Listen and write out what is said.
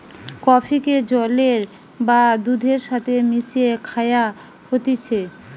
কফিকে জলের বা দুধের সাথে মিশিয়ে খায়া হতিছে